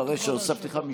אחרי שהוספתי לך.